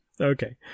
Okay